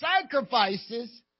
sacrifices